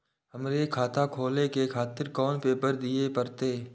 हमरो खाता खोले के खातिर कोन पेपर दीये परतें?